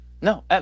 No